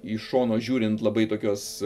iš šono žiūrint labai tokios